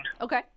Okay